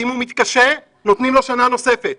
ואם הוא מתקשה נותנים לו שנה נוספת,